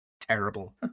terrible